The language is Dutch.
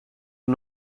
het